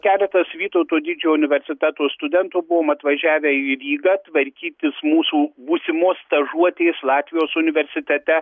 keletas vytauto didžiojo universiteto studentų buvom atvažiavę į rygą tvarkytis mūsų būsimos stažuotės latvijos universitete